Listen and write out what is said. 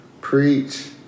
Preach